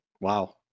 Wow